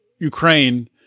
Ukraine